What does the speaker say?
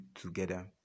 together